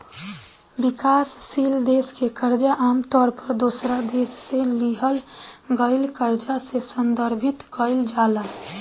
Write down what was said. विकासशील देश के कर्जा आमतौर पर दोसरा देश से लिहल गईल कर्जा से संदर्भित कईल जाला